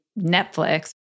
Netflix